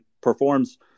performs